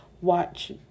watch